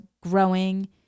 growing